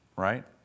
right